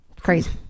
Crazy